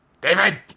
David